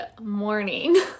morning